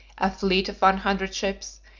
a fleet of one hundred ships,